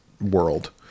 world